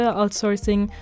outsourcing